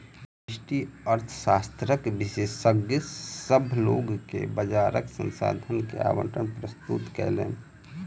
व्यष्टि अर्थशास्त्रक विशेषज्ञ, सभ लोक के बजारक संसाधन के आवंटन प्रस्तुत कयलैन